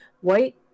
White